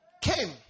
came